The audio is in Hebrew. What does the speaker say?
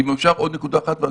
אם אפשר עוד נקודה אחת.